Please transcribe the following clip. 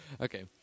Okay